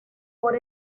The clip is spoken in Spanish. por